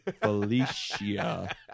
Felicia